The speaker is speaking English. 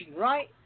right